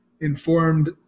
informed